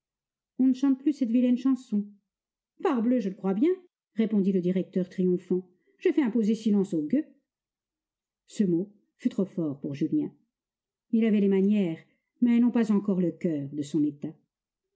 on ne chante plus cette vilaine chanson parbleu je le crois bien répondit le directeur triomphant j'ai fait imposer silence aux gueux ce mot fut trop fort pour julien il avait les manières mais non pas encore le coeur de son état